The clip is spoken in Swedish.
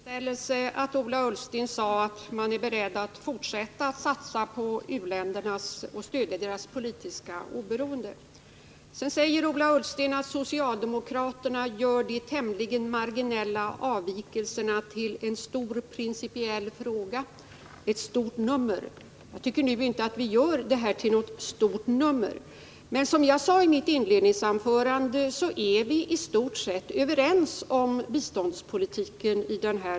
Fru talman! Jag noterade med tillfredsställelse att Ola Ullsten sade att man är beredd att fortsätta satsa på u-länderna och stödja deras politiska oberoende. Sedan sade Ola Ullsten att socialdemokraterna gör de tämligen marginella avvikelserna till en stor principiell fråga, till ett stort nummer. Jag tycker inte att vi gör detta till något stort nummer, men som jag sade i mitt inledningsanförande är vi här i riksdagen i stort sett överens om biståndspolitiken.